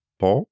po